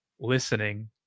listening